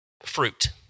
fruit